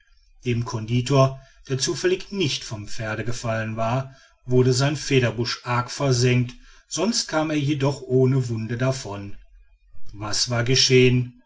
dem conditor der zufällig nicht vom pferde gefallen war wurde sein federbusch arg versengt sonst kam er jedoch ohne wunde davon was war geschehen